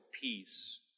peace